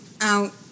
out